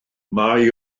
mae